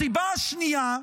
הסיבה השנייה,